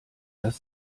das